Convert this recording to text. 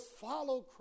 follow